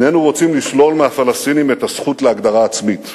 איננו רוצים לשלול מהפלסטינים את הזכות להגדרה עצמית.